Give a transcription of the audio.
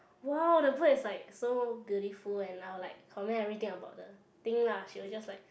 !wow! the bird is like so beautiful and I will like comment everything about the thing lah she will just like